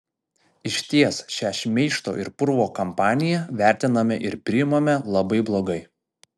išties šią šmeižto ir purvo kampaniją vertiname ir priimame labai blogai